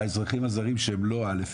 האזרחים הזרים שהם לא א',